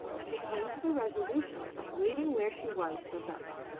she came to the resolution of waiting where she was till dark,